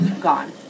gone